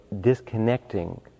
disconnecting